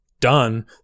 done